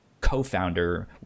co-founder